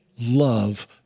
love